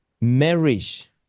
Marriage